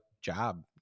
job